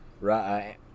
right